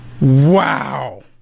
Wow